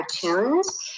cartoons